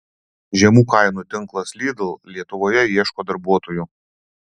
žemų kainų tinklas lidl lietuvoje ieško darbuotojų